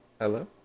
Hello